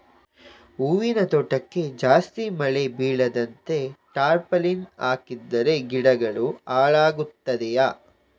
ಹೂವಿನ ತೋಟಕ್ಕೆ ಜಾಸ್ತಿ ಮಳೆ ಬೀಳದಂತೆ ಟಾರ್ಪಾಲಿನ್ ಹಾಕಿದರೆ ಗಿಡಗಳು ಹಾಳಾಗುತ್ತದೆಯಾ?